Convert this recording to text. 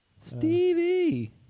Stevie